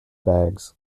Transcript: bags